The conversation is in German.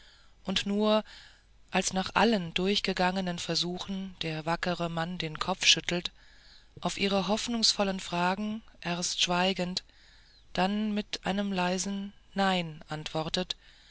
und nur als nach allen durch gegangenen versuchen der wackere mann den kopf schüttelt auf ihre hoffnungsvollen fragen erst schweigend dann mit einem leisen nein antwortet